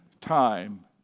time